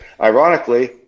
Ironically